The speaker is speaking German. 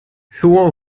zur